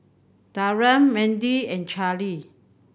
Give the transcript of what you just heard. Taryn Mendy and Charly